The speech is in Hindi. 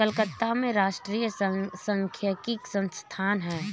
कलकत्ता में राष्ट्रीय सांख्यिकी संस्थान है